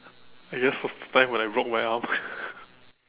I guess it was the time when I broke my arm